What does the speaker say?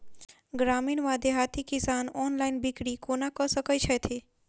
ग्रामीण वा देहाती किसान ऑनलाइन बिक्री कोना कऽ सकै छैथि?